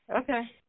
okay